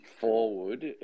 forward